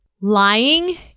Lying